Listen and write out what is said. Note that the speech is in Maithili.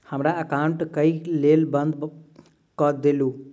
हमरा एकाउंट केँ केल बंद कऽ देलु?